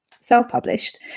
self-published